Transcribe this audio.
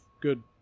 good